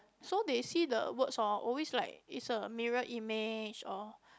so they see the words hor always like is a mirror image or